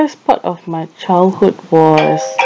best part of my childhood was